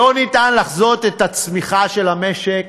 אין אפשרות לחזות את הצמיחה של המשק,